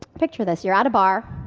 picture this you're at a bar,